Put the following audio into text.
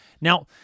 Now